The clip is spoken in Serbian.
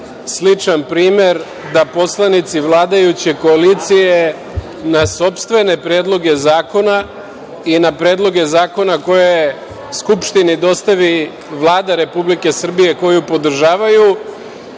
sličan primer da poslanici vladajuće koalicije na sopstvene predloge zakona i na predloge zakona koje Skupštini dostavi Vlada Republike Srbije koju podržavaju,